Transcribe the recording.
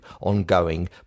ongoing